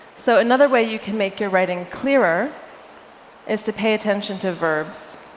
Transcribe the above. so another way you can make your writing clearer is to pay attention to verbs.